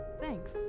Thanks